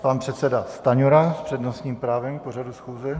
Pan předseda Stanjura s přednostní právem k pořadu schůze.